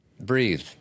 Breathe